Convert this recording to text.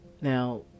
Now